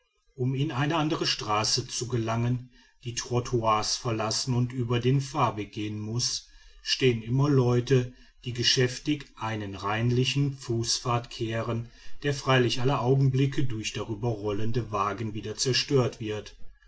um in eine andere straße zu gelangen die trottoirs verlassen und über den fahrweg gehen muß stehen immer leute die geschäftig einen reinlichen fußpfad kehren der freilich alle augenblicke durch darüber rollende wagen wieder zerstört wird